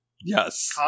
Yes